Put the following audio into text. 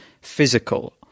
physical